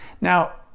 Now